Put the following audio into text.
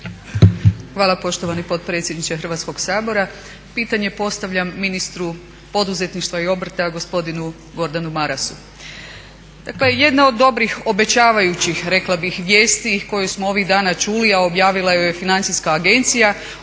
Hvala poštovani potpredsjedniče Hrvatskog sabora. Pitanje postavljam ministru poduzetništva i obrta gospodinu Gordanu Marasu. Dakle jedna od dobrih obećavajućih rekla bih vijesti koju smo ovih dana čuli, a objavila ju je Financijska agencija